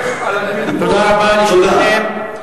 תודה רבה לשניכם.